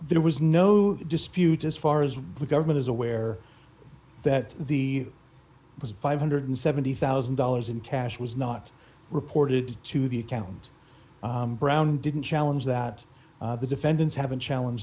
there was no dispute as far as the government is aware that the it was a five hundred and seventy thousand dollars in cash was not reported to the accountant brown didn't challenge that the defendants have a challenge